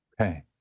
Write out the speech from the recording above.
Okay